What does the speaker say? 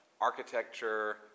architecture